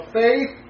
faith